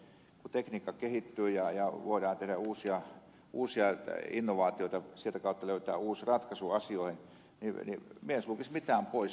kun tekniikka kehittyy ja voidaan tehdä uusia innovaatioita sieltä kautta löytää uusi ratkaisu asioihin niin minä en sulkisi mitään pois